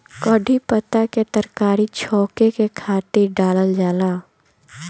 कढ़ी पत्ता के तरकारी छौंके के खातिर डालल जाला